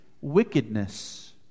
wickedness